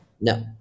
No